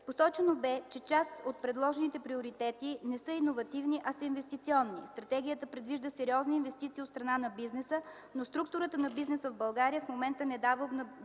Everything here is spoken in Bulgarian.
Посочено бе, част от тях от предложените приоритети не са иновативни, а са инвестиционни. Стратегията предвижда сериозни инвестиции от страна на бизнеса, но структурата на бизнеса в България в момента не дава обнадеждаващи